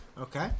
Okay